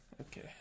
Okay